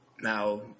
now